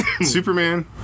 Superman